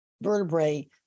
vertebrae